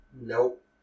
Nope